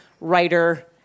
writer